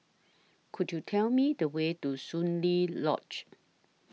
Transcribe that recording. Could YOU Tell Me The Way to Soon Lee Lodge